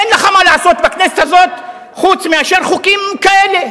אין לך מה לעשות בכנסת הזאת חוץ מאשר חוקים כאלה,